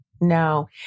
no